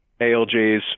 ALJs